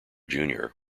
junior